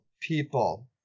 people